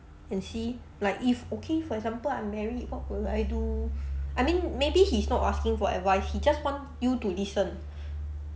and see like if okay for example I'm married what will I do I mean maybe he's not asking for advice he just want you to listen